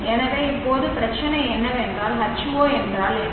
எனவே இப்போது பிரச்சனை என்னவென்றால் H0 என்றால் என்ன